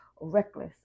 reckless